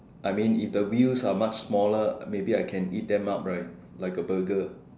I mean if the wheels are much smaller maybe I can eat them up right like a Burger